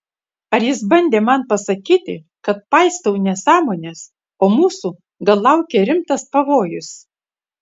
ar jis bandė man pasakyti kad paistau nesąmones o mūsų gal laukia rimtas pavojus